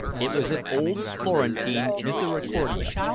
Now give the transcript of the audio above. it was an old florentine misericordia,